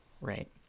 right